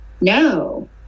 no